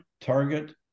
Target